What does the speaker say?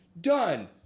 done